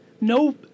No